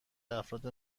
افراد